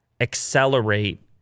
accelerate